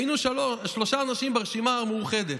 היינו שלושה אנשים ברשימה המאוחדת,